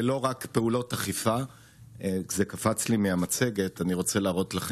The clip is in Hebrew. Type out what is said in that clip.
לא טיפלנו בדה-הומניזציה שעושה כל צד לצד